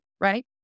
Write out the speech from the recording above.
right